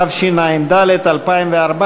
התשע"ד 2014,